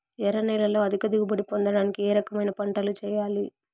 ఎర్ర నేలలో అధిక దిగుబడి పొందడానికి ఏ రకమైన పంటలు చేయాలి?